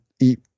eat